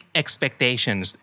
expectations